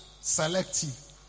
selective